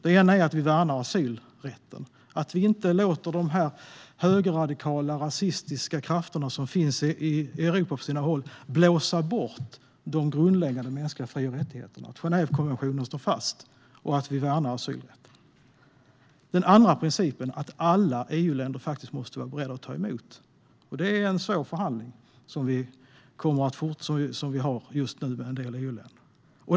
Den första är att vi värnar asylrätten och att vi inte låter de högerradikala rasistiska krafter som finns i Europa på sina håll blåsa bort de grundläggande mänskliga fri och rättigheterna. Det handlar om att Genèvekonventionen står fast och att vi värnar asylrätten. Den andra är att alla EU-länder faktiskt måste vara beredda att ta emot. Det är en svår förhandling som vi just nu har med en del EU-länder.